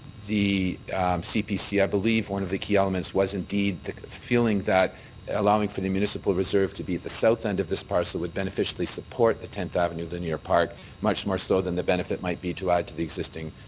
the cpc i believe one of the key elements was indeed the feeling that allowing for the municipal reserve to be at the south end of this parcel would beneficially support the tenth avenue linear park much more so than the benefit might be to add to the existing,